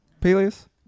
Peleus